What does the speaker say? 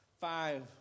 five